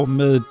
med